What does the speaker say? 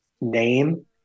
name